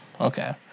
Okay